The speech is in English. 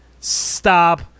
stop